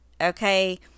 Okay